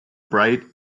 bright